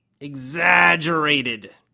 exaggerated